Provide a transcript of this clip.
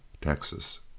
Texas